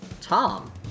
Tom